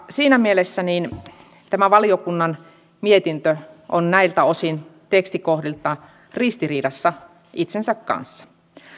siinä mielessä tämä valiokunnan mietintö on näiltä osin tekstikohdiltaan ristiriidassa itsensä kanssa